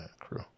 crew